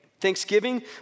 thanksgiving